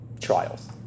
Trials